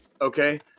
okay